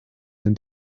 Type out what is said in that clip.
den